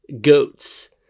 Goats